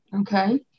Okay